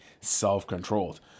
self-controlled